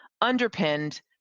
Underpinned